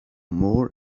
more